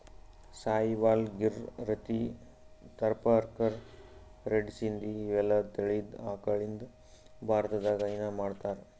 Sahiwal, Gir, Rathi, Tharparkar, red Sindhi ಇವೆಲ್ಲಾ ತಳಿದ್ ಆಕಳಗಳಿಂದ್ ಭಾರತದಾಗ್ ಹೈನಾ ಮಾಡ್ತಾರ್